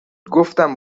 گفتم